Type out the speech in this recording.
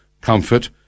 comfort